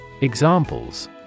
Examples